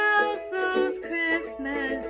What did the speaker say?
those christmas